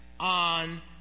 on